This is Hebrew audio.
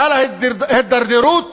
חלה הידרדרות